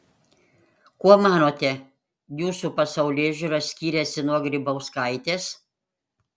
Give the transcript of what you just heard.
kuo manote jūsų pasaulėžiūra skiriasi nuo grybauskaitės